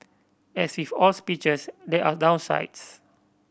as with all speeches there are downsides